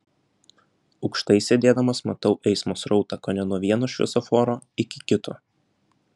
aukštai sėdėdamas matau eismo srautą kone nuo vieno šviesoforo iki kito